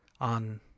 on